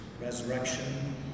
Resurrection